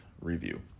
review